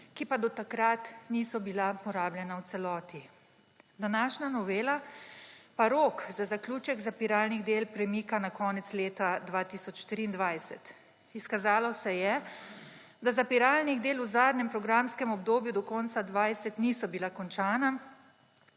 ki pa do takrat niso bila porabljena v celoti. Današnja novela pa rok za zaključek zapiralnih del premika na konec leta 2023. Izkazalo se je, da zapiralna dela v zadnjem programskem obdobju do konca 2020 niso bila končana,